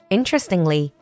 Interestingly